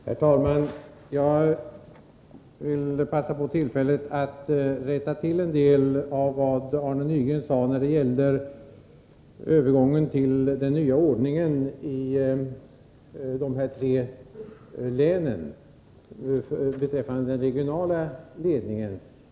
Herr talman! Jag vill passa på tillfället att rätta till en del av vad Arne Nygren sade när det gäller övergången till den nya ordningen beträffande den regionala ledningen i de här tre länen.